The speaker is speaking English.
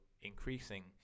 increasing